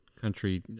country